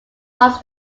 marks